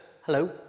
hello